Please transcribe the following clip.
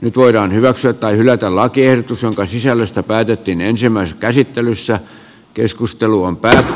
nyt voidaan hyväksyä tai hylätä lakiehdotus jonka sisällöstä päätettiin ensimmäisessä käsittelyssä keskusteluun päähän